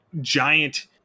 giant